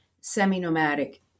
semi-nomadic